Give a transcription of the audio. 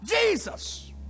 Jesus